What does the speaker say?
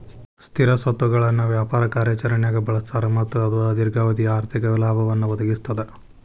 ಸ್ಥಿರ ಸ್ವತ್ತುಗಳನ್ನ ವ್ಯಾಪಾರ ಕಾರ್ಯಾಚರಣ್ಯಾಗ್ ಬಳಸ್ತಾರ ಮತ್ತ ಅದು ದೇರ್ಘಾವಧಿ ಆರ್ಥಿಕ ಲಾಭವನ್ನ ಒದಗಿಸ್ತದ